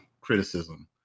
criticism